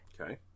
Okay